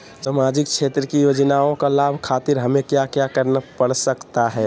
सामाजिक क्षेत्र की योजनाओं का लाभ खातिर हमें क्या क्या करना पड़ सकता है?